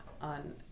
on